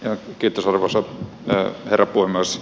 arvoisa herra puhemies